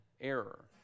error